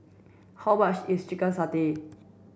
how much is chicken satay